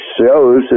shows